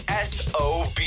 SOB